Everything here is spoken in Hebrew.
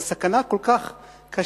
זו סכנה כל כך קשה,